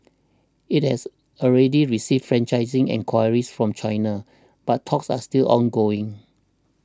it has already received franchising enquiries from China but talks are still ongoing